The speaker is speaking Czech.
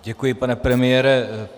Děkuji, pane premiére.